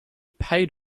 paid